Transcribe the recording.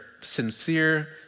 sincere